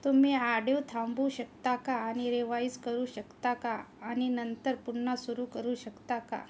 तुम्ही आडिओ थांबवू शकता का आणि रिवाइज करू शकता का आणि नंतर पुन्हा सुरू करू शकता का